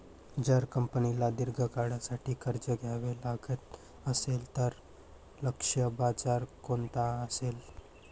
जर कंपनीला दीर्घ काळासाठी कर्ज घ्यावे लागत असेल, तर लक्ष्य बाजार कोणता असेल?